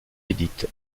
édite